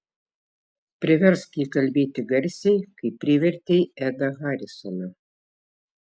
priversk jį kalbėti garsiai kaip privertei edą harisoną